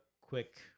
quick